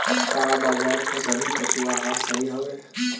का बाजार क सभी पशु आहार सही हवें?